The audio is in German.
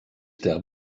der